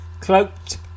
Cloaked